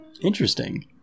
Interesting